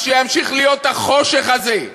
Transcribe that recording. אז שימשיך להיות החושך הזה.